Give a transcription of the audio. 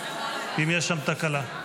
אם יש שם תקלה.